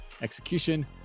execution